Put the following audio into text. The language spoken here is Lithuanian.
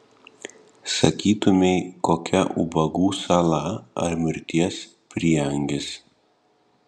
sakytumei kokia ubagų sala ar mirties prieangis